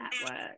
network